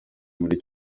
muri